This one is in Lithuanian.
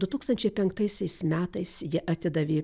du tūkstančiai penktaisiais metais ji atidavė